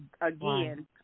again